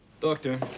Doctor